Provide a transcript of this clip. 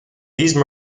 these